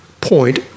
point